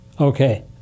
Okay